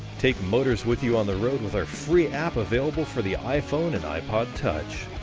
take motorz with you on the road with our free app available for the iphone and ipod touch.